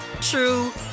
true